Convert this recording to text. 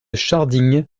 scharding